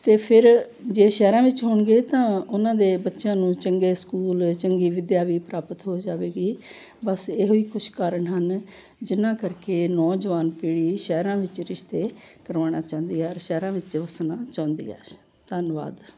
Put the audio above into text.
ਅਤੇ ਫਿਰ ਜੇ ਸ਼ਹਿਰਾਂ ਵਿੱਚ ਹੋਣਗੇ ਤਾਂ ਉਹਨਾਂ ਦੇ ਬੱਚਿਆਂ ਨੂੰ ਚੰਗੇ ਸਕੂਲ ਚੰਗੀ ਵਿੱਦਿਆ ਵੀ ਪ੍ਰਾਪਤ ਹੋ ਜਾਵੇਗੀ ਬਸ ਇਹੋ ਹੀ ਕੁਛ ਕਾਰਣ ਹਨ ਜਿੰਨ੍ਹਾਂ ਕਰਕੇ ਨੌਜਵਾਨ ਪੀੜ੍ਹੀ ਸ਼ਹਿਰਾਂ ਵਿੱਚ ਰਿਸ਼ਤੇ ਕਰਵਾਉਣਾ ਚਾਹੁੰਦੀ ਆ ਔਰ ਸ਼ਹਿਰਾਂ ਵਿੱਚ ਵੱਸਣਾ ਚਾਹੁੰਦੀ ਆ ਧੰਨਵਾਦ